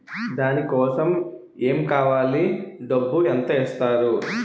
దాని కోసం ఎమ్ కావాలి డబ్బు ఎంత ఇస్తారు?